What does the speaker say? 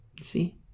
See